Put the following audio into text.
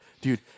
Dude